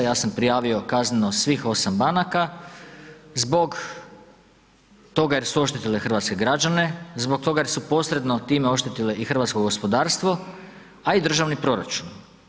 Ja sam prijavio kazneno svih osam banaka zbog toga jer su oštetile hrvatske građane, zbog toga što su posredno time oštetile i hrvatsko gospodarstvo, a i državni proračun.